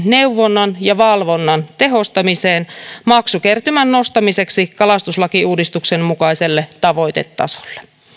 neuvonnan ja valvonnan tehostamiseen maksukertymän nostamiseksi kalastuslakiuudistuksen mukaiselle tavoitetasolle